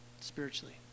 spiritually